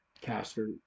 caster